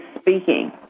speaking